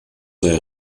sei